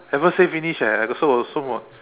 haven't say finish eh I still got so more